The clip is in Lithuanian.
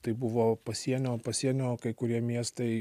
tai buvo pasienio pasienio kai kurie miestai